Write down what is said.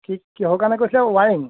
ঠিক কিহৰ কাৰণে কৈছে ৱাইৰিং